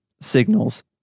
signals